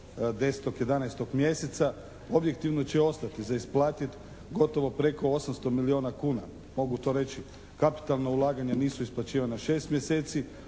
10., 11. mjeseca objektivno će ostati za isplatiti gotovo preko 800 milijuna kuna. Mogu to reći, kapitalna ulaganja nisu isplaćivana 6 mjeseci,